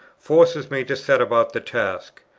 forces me to set about the task.